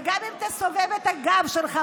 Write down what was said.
וגם אם תסובב את הגב שלך,